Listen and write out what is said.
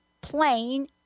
Plain